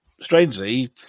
strangely